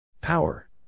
Power